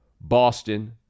Boston